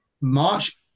March